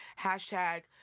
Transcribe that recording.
Hashtag